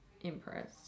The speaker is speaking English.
impressed